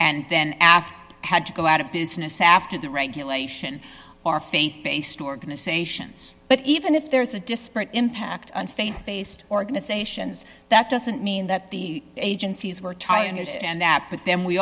and then after had to go out of business after the regulation or faith based organizations but even if there is a disparate impact on faith based organizations that doesn't mean that the agencies were trying years and that but then we